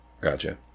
Gotcha